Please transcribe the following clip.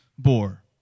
bore